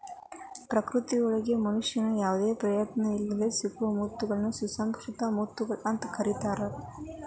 ಪ್ರಕೃತಿಯೊಳಗ ಮನುಷ್ಯನ ಯಾವದ ಪ್ರಯತ್ನ ಇಲ್ಲದ್ ಸಿಗೋ ಮುತ್ತಗಳನ್ನ ಸುಸಂಕೃತ ಮುತ್ತುಗಳು ಅಂತ ಕರೇತಾರ